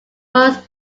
was